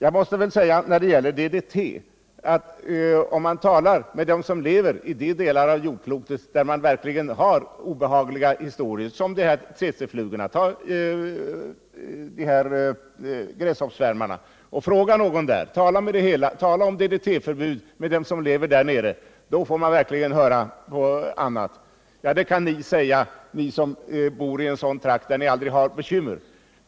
Om man med de människor som lever på de delar av jordklotet där man har stora problem med t.ex. tsetseflugor och gräshoppssvärmar talar om ett förbud mot DDT, får man till svar: ”Det kan ni säga som bor i sådana trakter som aldrig har bekymmer.